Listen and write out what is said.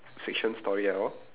fiction story at all